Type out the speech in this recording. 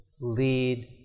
lead